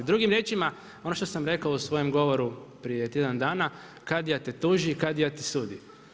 Drugim riječima, ono što sam rekao u svojem govoru prije tjedan dana „Kadija te tuži, kadija ti sudi“